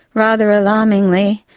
rather alarmingly,